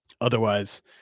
Otherwise